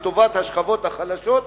לטובת השכבות החלשות,